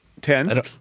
ten